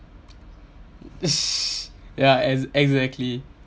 ya ex~ exactly